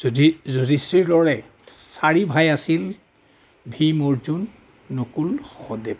যুধি যুধিষ্ঠিৰৰে চাৰি ভাই আছিল ভীম অৰ্জুন নকুল সহদেৱ